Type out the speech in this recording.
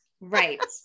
Right